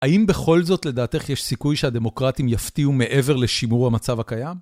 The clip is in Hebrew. האם בכל זאת לדעתך יש סיכוי שהדמוקרטים יפתיעו מעבר לשימור המצב הקיים?